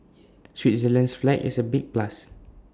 Switzerland's flag is A big plus